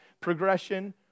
progression